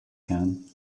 can